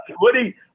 Woody